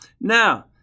Now